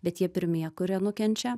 bet jie pirmi kurie nukenčia